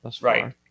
Right